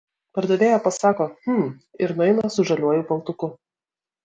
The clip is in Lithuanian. pardavėja pasako hm ir nueina su žaliuoju paltuku